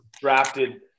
drafted